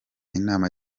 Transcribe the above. inama